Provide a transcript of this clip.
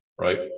right